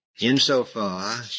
Insofar